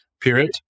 period